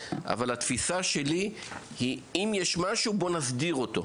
אבל התפיסה שלי היא שאם יש משהו בואו נסדיר אותו.